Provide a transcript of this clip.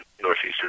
northeastern